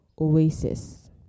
oasis